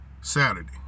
Saturday